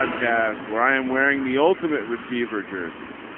where i am wearing the ultimate receiver jersey.